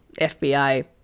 FBI